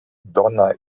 dona